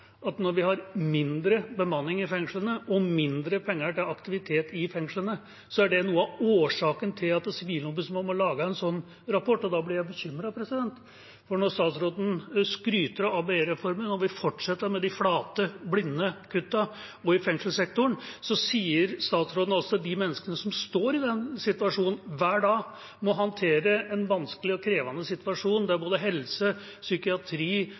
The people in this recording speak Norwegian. at når vi har lavere bemanning i fengslene og færre penger til aktivitet i fengslene, er det noe av årsaken til at Sivilombudsmannen må lage en sånn rapport. Da blir jeg bekymret, for når statsråden skryter av ABE-reformen og vil fortsette med de flate, blinde kuttene også i fengselssektoren, sier statsråden også til de menneskene som står i den situasjonen hver dag og må håndtere en vanskelig og krevende situasjon, der både helse, psykiatri